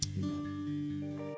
amen